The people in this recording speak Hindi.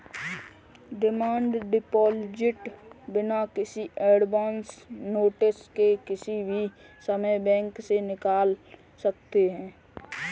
डिमांड डिपॉजिट बिना किसी एडवांस नोटिस के किसी भी समय बैंक से निकाल सकते है